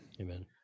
Amen